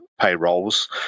payrolls